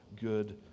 good